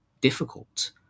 difficult